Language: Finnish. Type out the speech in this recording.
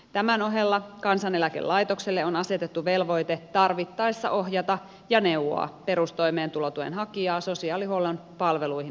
tämän ohella kansaneläkelaitokselle on asetettu velvoite tarvittaessa ohjata ja neuvoa perustoimeentulotuen hakijaa sosiaalihuollon palveluihin hakeutumisessa